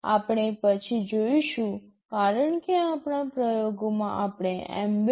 આ આપણે પછી જોઇશું કારણ કે આપણા પ્રયોગોમાં આપણે mbed